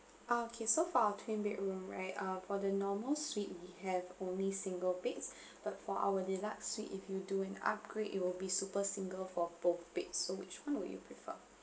okay so far our twin bedroom right uh for the normal suite we have only single beds but for our deluxe suite if you doing upgrade it will be super single for both beds so which [one] would you prefer